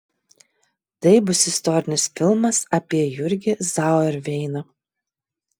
tai bus istorinis filmas apie jurgį zauerveiną